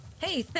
Hey